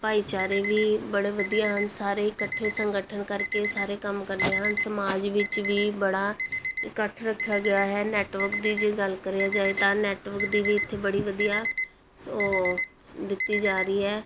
ਭਾਈਚਾਰੇ ਵੀ ਬੜੇ ਵਧੀਆ ਹਨ ਸਾਰੇ ਇਕੱਠੇ ਸੰਗਠਨ ਕਰਕੇ ਸਾਰੇ ਕੰਮ ਕਰਦੇ ਹਨ ਸਮਾਜ ਵਿੱਚ ਵੀ ਬੜਾ ਇਕੱਠ ਰੱਖਿਆ ਗਿਆ ਹੈ ਨੈਟਵਰਕ ਦੀ ਜੇ ਗੱਲ ਕਰਿਆ ਜਾਏ ਤਾਂ ਨੈਟਵਰਕ ਦੀ ਵੀ ਇੱਥੇ ਬੜੀ ਵਧੀਆ ਉਹ ਦਿੱਤੀ ਜਾ ਰਹੀ ਹੈ